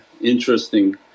interesting